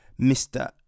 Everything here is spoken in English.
Mr